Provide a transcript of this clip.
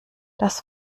das